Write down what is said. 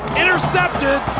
intercepted.